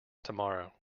tomorrow